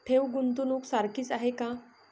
ठेव, गुंतवणूक सारखीच आहे का?